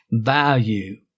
value